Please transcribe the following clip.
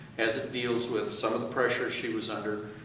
as it deals with some of the pressure she was under,